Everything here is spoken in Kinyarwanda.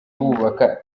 bubaka